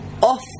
off